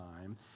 time